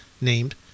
named